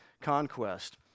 conquest